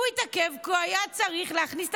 הוא התעכב כי הוא היה צריך להכניס את